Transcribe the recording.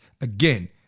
Again